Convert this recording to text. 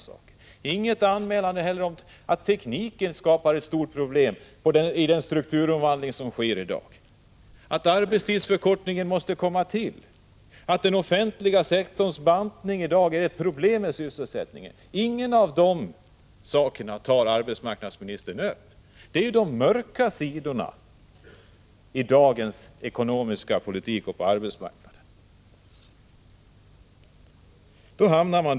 Hon säger inte heller något om att tekniken skapar stora problem vid den strukturomvandling som sker i dag, att en arbetstidsförkort ning måste genomföras och att den offentliga sektorns bantning i dag utgör ett problem för sysselsättningen. Inga av dessa saker tar arbetsmarknadsministern upp. Det är de mörka sidorna i dagens ekonomiska politik och arbetsmarknadspolitik.